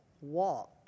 walk